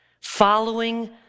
Following